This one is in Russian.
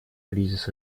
кризис